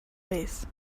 base